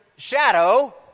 shadow